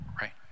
right